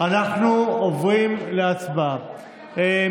אנחנו עוברים להצבעה.